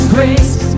Grace